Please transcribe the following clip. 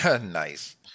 Nice